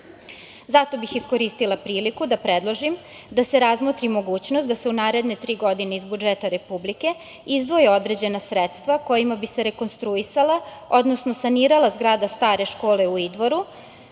bih iskoristila priliku da predložim da se razmotri mogućnost da se u naredne tri godine iz budžeta Republike izdvoje određena sredstva kojima bi se rekonstruisala, odnosno sanirala zgrada stare škole u Idvoru,